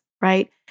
right